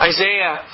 Isaiah